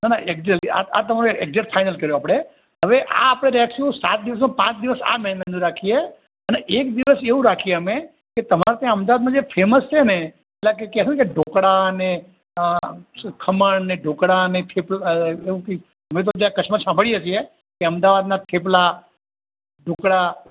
ના ના એકજેટલી આ આ તમારું એકજેટ ફાઈનલ કર્યું આપણેૈ હવે આ આપણે રાખ્યું સાત દિવસનું પાંચ દિવસ આ મેન્યુનું રાખીએ અને એક દિવસ એવું રાખીએ અમે કે તમારે ત્યાં અમદાવાદમાં જે ફેમસ છે ને પેલાં કંઈક કહે છે ને કે ઢોકળાં અને અ અ શુ ખમણ અને ઢોકળા અને થેપલાં એવું કઈક અમે તો ત્યાં કચ્છમાં સાંભળીએ છીએ કે અમદાવાદનાં થેપલાં ઢોકળાં